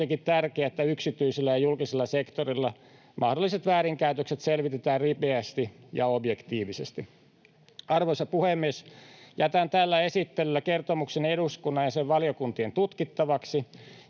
tärkeää, että yksityisellä ja julkisella sektorilla mahdolliset väärinkäytökset selvitetään ripeästi ja objektiivisesti. Arvoisa puhemies! Jätän tällä esittelyllä kertomukseni eduskunnan ja sen valiokuntien tutkittavaksi